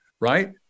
Right